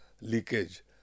leakage